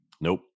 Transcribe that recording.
Nope